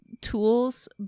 tools